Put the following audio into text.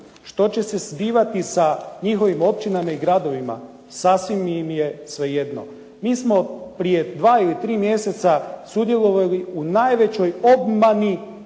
što će se zbivati sa njihovim općinama i gradovima sasvim im je svejedno. Mi smo prije dva ili tri mjeseca sudjelovali u najvećoj obmani